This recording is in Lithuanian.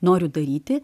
noriu daryti